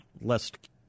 lest